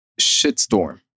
shitstorm